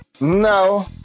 No